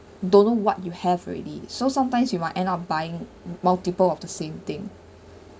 don't know what you have already so sometimes you might end up buying multiple of the same thing